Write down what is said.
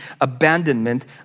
abandonment